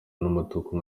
n’umutuku